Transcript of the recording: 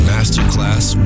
Masterclass